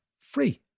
free